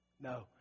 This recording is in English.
No